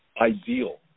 ideal